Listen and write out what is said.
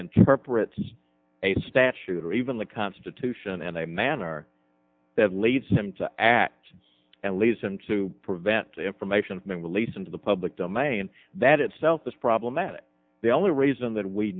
interprets a statute or even the constitution and a manner that leads him to act and leads him to prevent information released into the public domain that itself is problematic the only reason that we